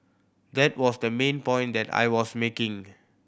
that was the main point that I was making